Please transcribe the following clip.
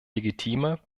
legitime